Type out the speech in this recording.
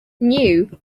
new